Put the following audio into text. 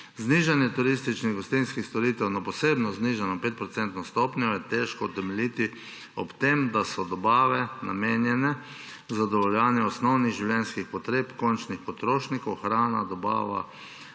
Znižanje turističnih, gostinskih storitev na posebno znižano 5-procentno stopnjo je težko utemeljiti ob tem, da so dobave namenjene zadovoljevanju osnovnih življenjskih potreb končnih potrošnikov – hrana, dobava,